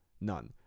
none